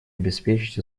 обеспечить